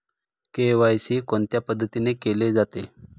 KYC कोणत्या पद्धतीने केले जाते?